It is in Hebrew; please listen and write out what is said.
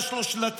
יש לו שלטים,